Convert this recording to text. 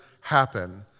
happen